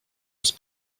jest